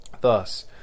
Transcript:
Thus